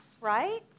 right